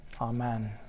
Amen